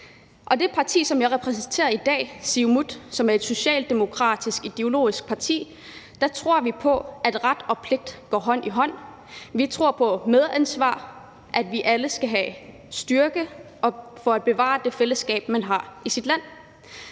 i det parti, som jeg repræsenterer i dag, Siumut, et parti med en socialdemokratisk ideologi, tror vi på, at ret og pligt går hånd i hånd. Vi tror på medansvar, og at vi alle skal have styrke for at bevare det fællesskab, man har i sit land.